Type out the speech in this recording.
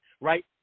right